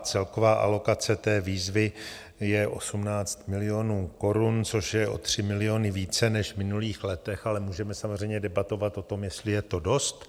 Celková alokace té výzvy je 18 milionů korun, což je o 3 miliony více než v minulých letech, ale můžeme samozřejmě debatovat o tom, jestli je to dost.